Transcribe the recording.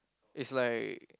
it's like